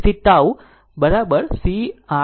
તેથી tau CRThevenin